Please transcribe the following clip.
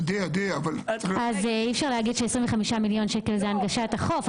אי אפשר להגיד ש-25 מיליון שקל זה הנגשת החוף.